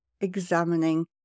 examining